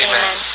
Amen